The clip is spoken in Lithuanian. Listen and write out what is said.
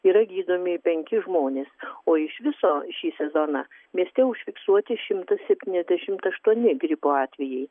yra gydomi penki žmonės o iš viso šį sezoną mieste užfiksuoti šimtas septyniasdešimt aštuoni gripo atvejai